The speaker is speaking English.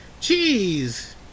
Cheese